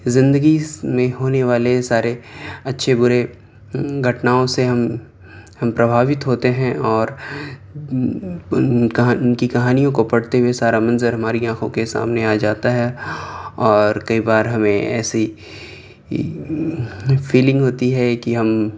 زندگی میں ہونے والے سارے اچّھے برے گھٹناؤں سے ہم ہم پربھاوت ہوتے ہیں اور ان کی کہانیوں کو پڑھتے ہوئے سارا منظر ہماری آنکھوں کے سامنے آ جاتا ہے اور کئی بار ہمیں ایسی فیلنگ ہوتی ہے کہ ہم